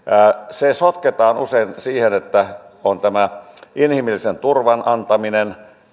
se sotketaan usein siihen että on tämä inhimillisen turvan antaminen